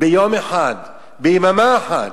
ביום אחד, ביממה אחת,